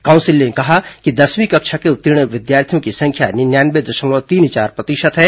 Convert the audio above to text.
council ने कहा कि दसवीं कक्षा के उ स ीर्ण विद्यार्थियों की संख्या निन्यानवे दशमलव तीन चार प्रतिशत है